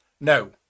no